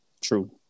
true